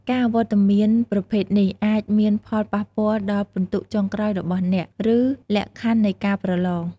ការអវត្តមានប្រភេទនេះអាចមានផលប៉ះពាល់ដល់ពិន្ទុចុងក្រោយរបស់អ្នក ឬលក្ខខណ្ឌនៃការប្រឡង។